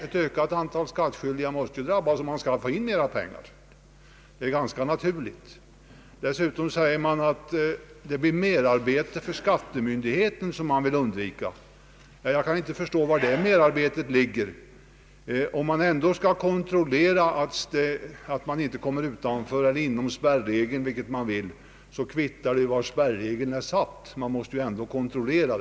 Ett ökat antal skattskyldiga måste ju drabbas om man skall få in mera pengar, det är ganska natur ligt. Dessutom vill man undvika merarbete hos skattemyndigheterna. Jag förstår inte var det merarbetet skulle ligga. Om man ändå skall kontrollera spärregeln, spelar det väl ingen roll vilket belopp spärregeln gäller, den skall ju ändå kontrolleras.